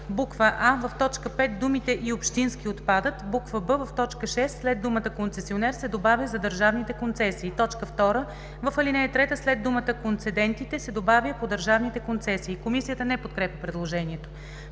2: а) в т. 5 думите „и общински“ – отпадат. б) в т. 6 след думата „концесионер“ се добавя „за държавните концесии“. 2. в ал. 3 след думата „Концедентите“ се добавя „по държавните концесии“. Комисията не подкрепя предложението.